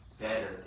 better